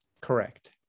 Correct